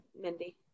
mindy